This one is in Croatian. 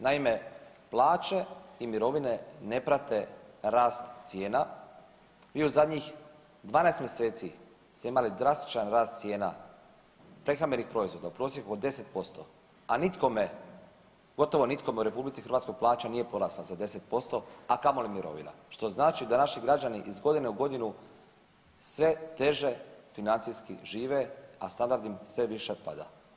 Naime, plaće i mirovine ne prate rast cijena i u zadnjih 12 mjeseci smo imali drastičan rast cijena prehrambenih proizvoda u prosjeku od 10%, a nikome, gotovo nikome u RH plaća nije porasla za 10%, a kamoli mirovina, što znači da naši građani iz godine u godinu sve teže financijski žive, a sada standard im sve više pada.